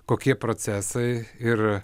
kokie procesai ir